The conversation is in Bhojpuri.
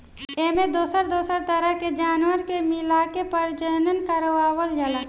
एमें दोसर दोसर तरह के जानवर के मिलाके प्रजनन करवावल जाला